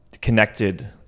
connected